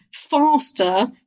faster